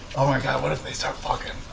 oh my god, what if they start fucking?